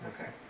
Okay